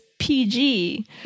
PG